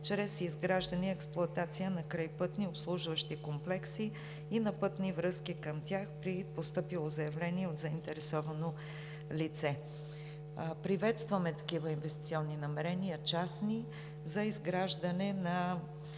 чрез изграждане и експлоатация на крайпътни обслужващи комплекси и на пътни връзки към тях при постъпило заявление от заинтересовано лице. Приветстваме такива частни инвестиционни намерения за изграждане на